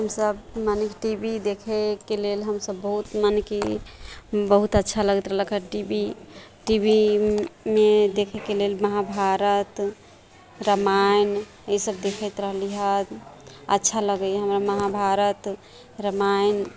हमसभ मनेकि T V देखैके लेल हमसभ मने कि बहुत अच्छा लगैत रहलक हँ टी वी टीवीमे देखैके लेल महाभारत रामायण ई सभ देखैत रहलि हँ अच्छा लगैया हमरा महाभारत रामायण